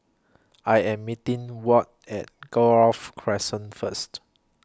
I Am meeting Wyatt At Grove Crescent First